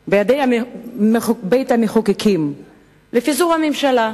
שבידי בית-המחוקקים לפיזור הממשלה,